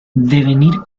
devenir